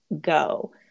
go